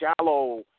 shallow